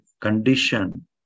condition